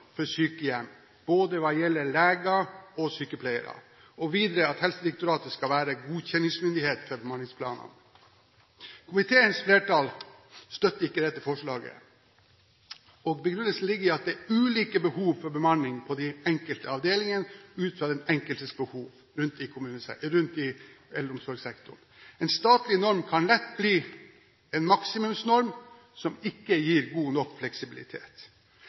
for sykehjem, hva gjelder både leger og sykepleiere, og videre at Helsedirektoratet skal være godkjenningsmyndighet for bemanningsplanene. Komiteens flertall støtter ikke dette. Begrunnelsen ligger i at det er ulike behov for bemanning på de enkelte avdelingene ut fra den enkeltes behov rundt om i omsorgssektoren. En statlig norm kan lett bli en maksimumsnorm som ikke gir god nok fleksibilitet.